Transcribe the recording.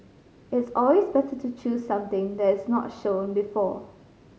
it's always better to choose something that is not shown before